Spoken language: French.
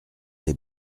les